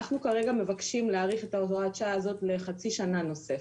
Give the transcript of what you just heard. אנחנו כרגע מבקשים להאריך את הוראת השעה הזאת לחצי שנה נוספת.